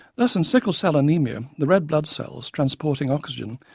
thus in sickle cell anaemia the red blood cells, transporting oxygen,